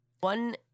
One